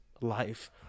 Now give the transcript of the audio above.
life